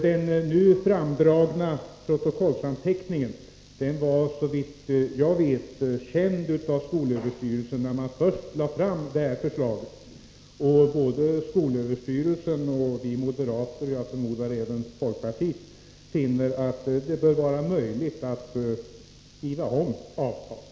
Den nu framdragna protokollsanteckningen var såvitt jag vet känd av skolöverstyrelsen, när den först lade fram sitt förslag. Både skolöverstyrelsen och vi moderater — jag förmodar även folkpartiet — anser det möjligt att skriva om avtalet.